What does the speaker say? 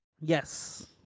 Yes